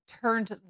turned